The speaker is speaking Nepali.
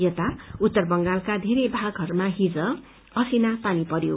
यता उत्तर बंगालका घेरै भागहरूमा हिज असिना पानी परयो